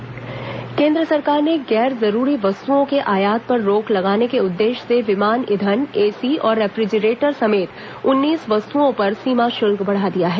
वस्तु सीमा शुल्क केंद्र सरकार ने गैर जरूरी वस्तुओं के आयात पर रोक लगाने के उद्देश्य से विमान ईंधन एसी और रेफ्रिजरेटर समेत उन्नीस वस्तुओं पर सीमा शुल्क बढ़ा दिया है